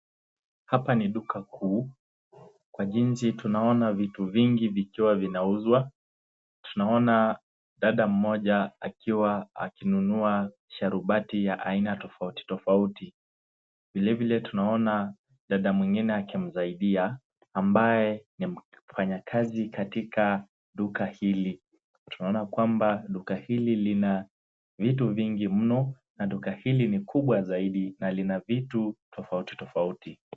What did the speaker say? Hapa ni duka kuu kwa jinsi tunaona vitu vingi vikiwa vinauzwa. Tunaona dada mmoja akiwa akinunua sharubati ya aina tofauti tofauti. Vile vile tunaona dada mwingine akimsaidia, ambaye ni mfanyakazi katika duka hili. Tunaona kwamba duka hili lina vitu mingi mno, na duka hili ni kubwa zaidi na lina vitu tofauti tofauti.